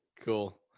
cool